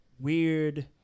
weird